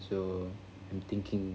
so I'm thinking